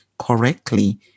correctly